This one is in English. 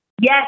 Yes